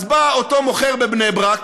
אז בא אותו מוכר, בבני-ברק